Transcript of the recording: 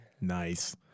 Nice